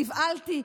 נבהלתי,